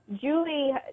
Julie